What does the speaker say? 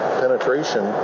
penetration